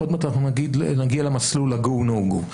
עוד מעט נגיד למסלול ה-go no go,